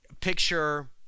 picture